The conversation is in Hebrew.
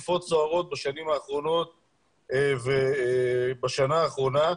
ידענו תקופות סוערות בשנים האחרונות ובשנה האחרונה,